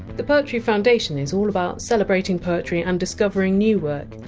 the poetry foundation is all about celebrating poetry and discovering new work,